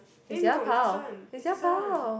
is the other pile is the other pile